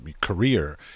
career